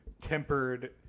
tempered